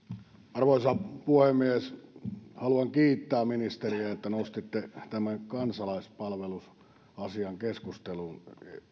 arvoisa puhemies haluan kiittää ministeriä että nostitte tämän kansalaispalvelusasian keskusteluun